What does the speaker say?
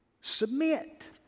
submit